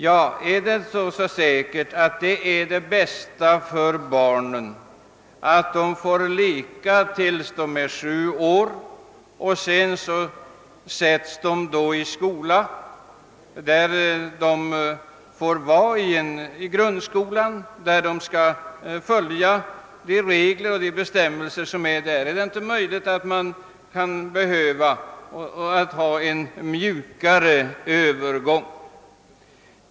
Ja, är det så säkert, att det är det bästa för barnen, att de får leka tills de är sju år och sedan sättas i grundskolan, där de skall följa de bestämmelser som gäller? Är det inte möjligt att det kan behövas en mjukare övergång?